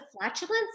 flatulence